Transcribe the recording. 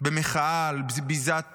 במחאה על בזיזת